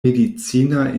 medicina